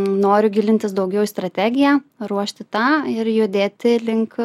noriu gilintis daugiau į strategiją ruošti tą ir judėti link